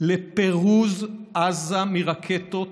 לפירוז עזה מרקטות,